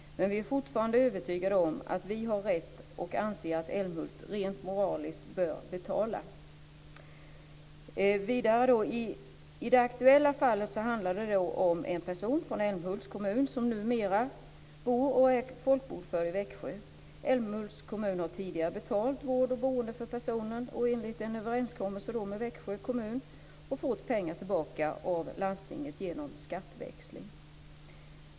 Men man är fortfarande övertygad om att man har rätt och anser att Älmhult rent moraliskt bör betala. Vidare: I det aktuella fallet handlar det om en person från Älmhults kommun som numera bor och är folkbokförd i Växjö. Älmhults kommun har tidigare betalat vård och boende för personen och har enligt en överenskommelse med Växjö kommun fått pengar tillbaka av landstinget genom skatteväxling.